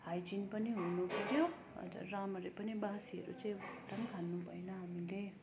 चाहिँ हाइजिन पनि हुनुपर्यो अन्त राम्ररी पनि बासीहरू चाहिँ एकदम खानु भएन हामीले